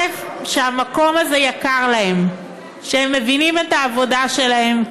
שהמקום הזה יקר להם, שהם מבינים את העבודה שלהם,